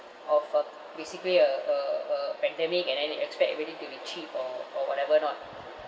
of a basically a a a pandemic and then you expect everything to be cheap or or whatever not